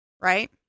Right